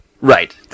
Right